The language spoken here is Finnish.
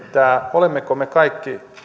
olemmeko me kaikki